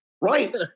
Right